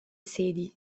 sedi